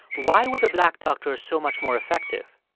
why were the black doctors so much more effective?